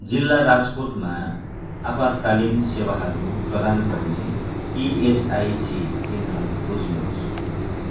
जिल्ला राजकोटमा आपतकालीन सेवाहरू प्रदान गर्ने इएसआइसी केन्द्रहरू खोज्नुहोस्